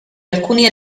alcuni